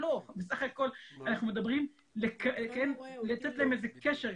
בסך הכול אנחנו מדברים על לתת להם איזה קשר,